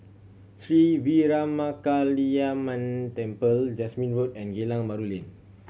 Sri Veeramakaliamman Temple Jasmine Road and Geylang Bahru Lane